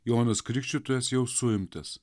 jonas krikštytojas jau suimtas